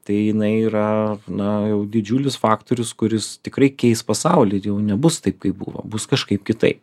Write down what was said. tai jinai yra na jau didžiulis faktorius kuris tikrai keis pasaulį ir jau nebus taip kaip buvo bus kažkaip kitaip